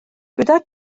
dyweda